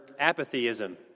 apathyism